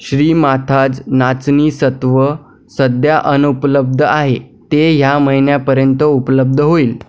श्रीमाथाज् नाचणी सत्व सध्या अनुपलब्ध आहे ते ह्या महिन्यापर्यंत उपलब्ध होईल